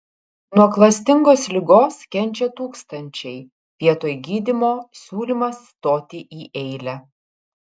nuo klastingos ligos kenčia tūkstančiai vietoj gydymo siūlymas stoti į eilę